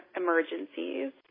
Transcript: emergencies